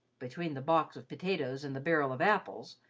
between the box of potatoes and the barrel of apples,